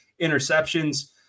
interceptions